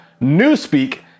Newspeak